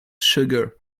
sugar